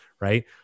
right